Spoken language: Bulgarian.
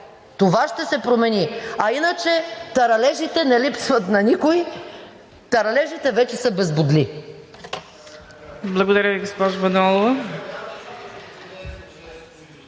Това ще се промени. А иначе, таралежите не липсват на никой, таралежите вече са без бодли!